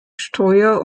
steuer